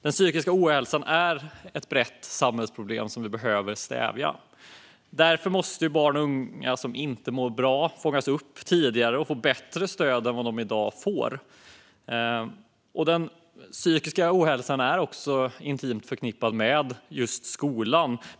Den psykiska ohälsan är ett brett samhällsproblem som vi behöver stävja. Därför måste barn och unga som inte mår bra fångas upp tidigare och få bättre stöd än vad de i dag får. Den psykiska ohälsan är också intimt förknippad med just skolan.